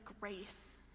grace